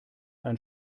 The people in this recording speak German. ein